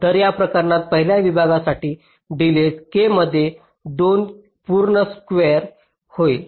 तर या प्रकरणात पहिल्या विभागासाठी डिलेज के मध्ये 2 पूर्ण स्क्वेअर होईल